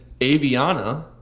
Aviana